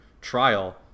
trial